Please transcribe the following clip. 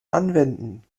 anwenden